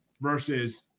versus